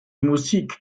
musik